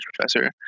professor